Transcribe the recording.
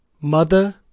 mother